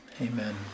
amen